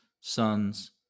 sons